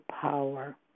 power